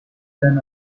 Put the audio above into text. than